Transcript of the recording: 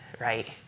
right